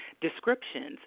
descriptions